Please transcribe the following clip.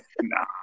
nah